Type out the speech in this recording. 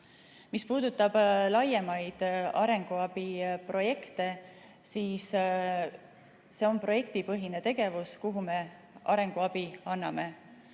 Mis puudutab laiemaid arenguabiprojekte, siis see on projektipõhine tegevus, kellele me arenguabi anname.